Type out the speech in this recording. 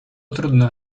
trudno